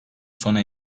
sona